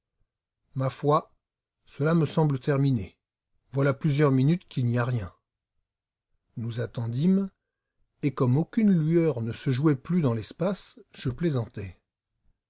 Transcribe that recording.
ma foi cela me semble terminé voilà plusieurs minutes qu'il n'y a rien nous attendîmes et comme aucune lueur ne se jouait plus dans l'espace je plaisantai